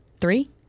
Three